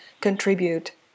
contribute